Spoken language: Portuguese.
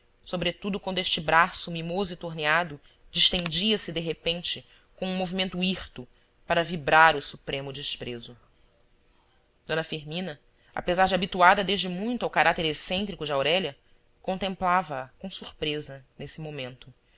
sobretudo quando este braço mimoso e torneado distendia se de repente com um movimento hirto para vibrar o supremo desprezo d firmina apesar de habituada desde muito ao caráter excêntrico de aurélia contemplava-a com surpresa nesse momento